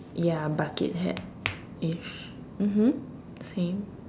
ya bucket hat eh sh~ mmhmm same